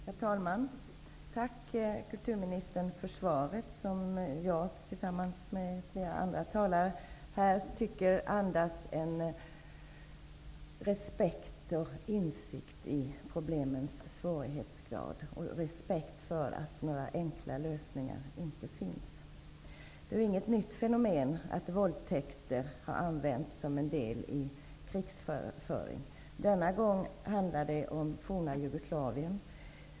Herr talman! Tack kulturministern för svaret som jag, tillsammans med flera andra talare, tycker andas en respekt för och insikt i problemens svårighetsgrad. Det andas också respekt för att det inte finns några enkla lösningar. Det är ju inget nytt fenomen att våldtäkter används som en del i krigsföring. Denna gång handlar det om forna Jugoslavien.